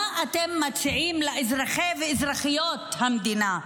מה אתם מציעים לאזרחי ואזרחיות המדינה?